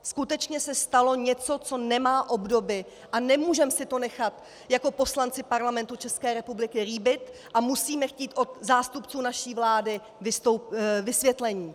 Skutečně se stalo něco, co nemá obdoby, a nemůžeme si to nechat jako poslanci Parlamentu České republiky líbit a musíme chtít od zástupců naší vlády vysvětlení.